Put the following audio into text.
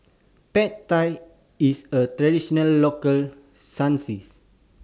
Pad Thai IS A Traditional Local Cuisine